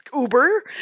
Uber